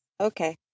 Okay